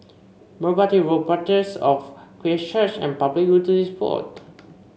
Merpati Road Parish of Christ Church and Public Utilities Board